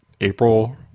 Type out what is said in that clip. April